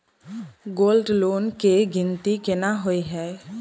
Gold loan केँ गिनती केना होइ हय?